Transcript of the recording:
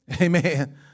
Amen